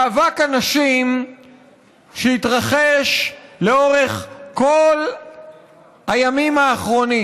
מאבק הנשים שהתרחש לאורך כל הימים האחרונים